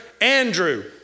Andrew